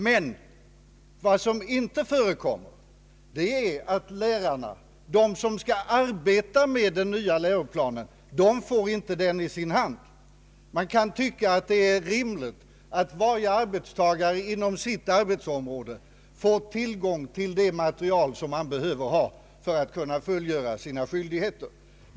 Men vad som inte förekommer är att lärarna, de som skall arbeta efter den nya läroplanen, får den i sin hand. Man kan tycka att det är rimligt att varje arbetstagare inom sitt arbetsområde får tillgång till det material som han behöver ha för att kunna fullgöra sina skyldigheter.